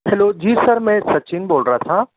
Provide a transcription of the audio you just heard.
hello ji sir मैं सचिन बोल रहा था